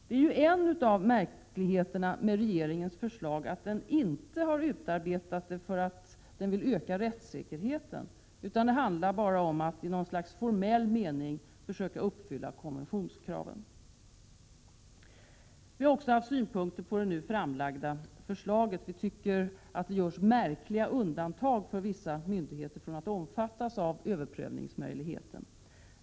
Det är ju en av märkligheterna med regeringens förslag att regeringen inte har utarbetat det för att öka rättssäkerheten, utan det handlar bara om att i något slags formell mening försöka uppfylla konventionskraven. Vi har också haft synpunkter på det nu framlagda förslaget. Vi tycker det görs märkliga undantag för vissa myndigheter från att omfattas av överprövningsmöjligheten.